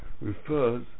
refers